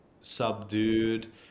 subdued